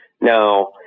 now